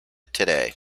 today